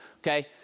okay